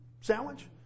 sandwich